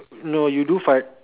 no you do fart